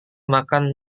makan